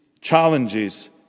challenges